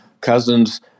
Cousins